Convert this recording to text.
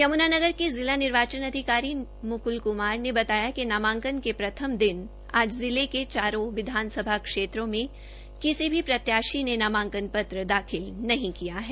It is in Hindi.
यम्नानगर के जिला निर्वाचन अधिकारी मुक्ल क्मार ने बताया कि नामांकन के प्रथम दिन आज जिला के चारो विधानसभा क्षेत्रों में किसी भी प्रत्याशी ने नामांकन पत्र दाखिल नहीं किया है